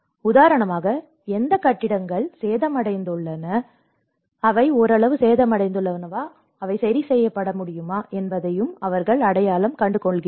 உதாரணமாக எந்த கட்டிடங்கள் சேதமடைந்துள்ளன அவை ஓரளவு சேதமடைந்துள்ளன அவை சரிசெய்யப்படலாம் என்பதையும் அவர்கள் அடையாளம் கண்டுள்ளனர்